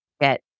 get